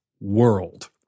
world